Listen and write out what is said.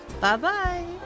Bye-bye